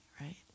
right